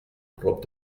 prop